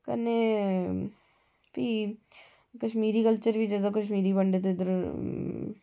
कन्नै फ्ही कश्मीरी कल्चर बी जेह्डे़ कश्मीरी पंडित इद्धर